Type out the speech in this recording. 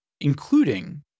including